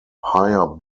higher